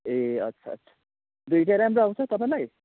ए अच्छा अच्छा दुइटै राम्रो आउँछ तपाईँलाई